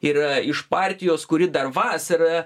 yra iš partijos kuri dar vasarą